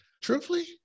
Truthfully